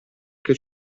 che